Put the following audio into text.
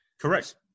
correct